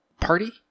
Party